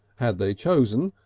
had they chosen,